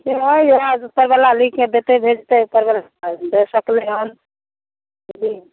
उपर बला लिखके भेजतै देतै तबे ने देइ सकबै हम बुझलियै